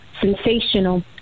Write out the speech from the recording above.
sensational